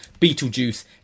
Beetlejuice